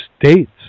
states